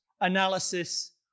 analysis